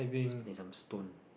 just putting some stone